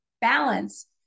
balance